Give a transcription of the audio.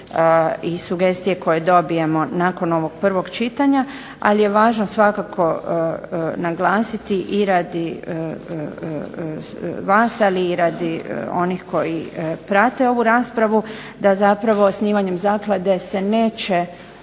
i sugestije koje dobijemo nakon ovog prvog čitanja, ali je važno svakako naglasiti i radi vas, ali i radi onih koji prate ovu raspravu da zapravo osnivanjem zaklade se neće